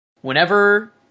whenever